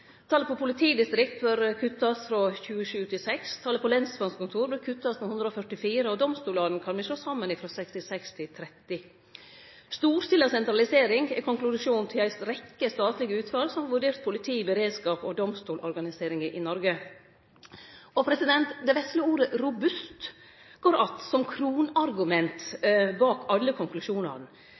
Talet på politidistrikt bør kuttast frå 27 til 6. Talet på lensmannskontor bør kuttast med 144. Domstolane kan me slå saman, frå 66 til 30. Ei storstila sentralisering er konklusjonen til ei rekkje statlege utval som har vurdert politi-, beredskaps- og domstolsorganiseringa i Noreg. Det vesle ordet «robust» går att som kronargument bak alle konklusjonane.